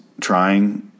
trying